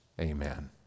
Amen